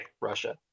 Russia